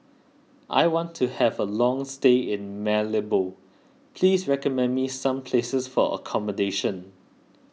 I want to have a long stay in Malabo please recommend me some places for accommodation